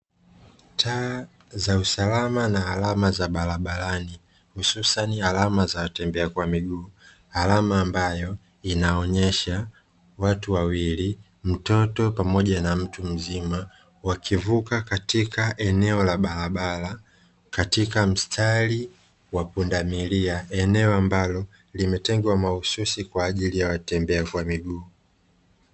Taa za usalama na alama za barabarani, hususani alama za watembea kwa miguu, alama ambayo inaonyesha watu wawili, mtoto pamoja na mtu mzima, wakivuka katika eneo la barabara katika mstari wa pundamilia, eneo ambalo limetengwa mahususi kwa ajili ya watembea kwa miguu.